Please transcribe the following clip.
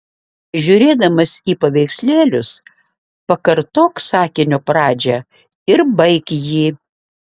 žiūrėdamas į paveikslėlius pakartok sakinio pradžią ir baik jį